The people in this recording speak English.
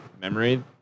memory